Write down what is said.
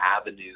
avenue